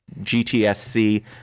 GTSC